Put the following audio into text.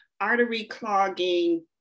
artery-clogging